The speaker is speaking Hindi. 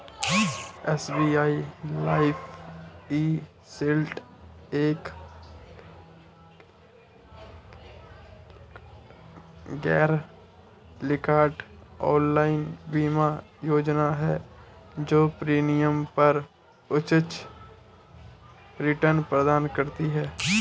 एस.बी.आई लाइफ ई.शील्ड एक गैरलिंक्ड ऑनलाइन बीमा योजना है जो प्रीमियम पर उच्च रिटर्न प्रदान करती है